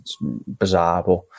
bizarre